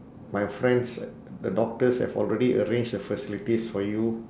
my friends the doctors have already arrange the facilities for you